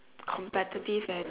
competitive and